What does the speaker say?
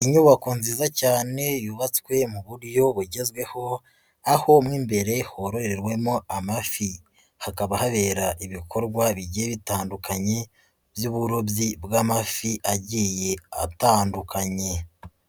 Inyubako nziza cyane yubatswe mu buryo bugezweho, aho mo imbere horowemo amafi, hakaba habera ibikorwa bijye bitandukanye by'uburobyi bw'amafi agiye atandukanye.